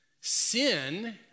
Sin